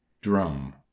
drum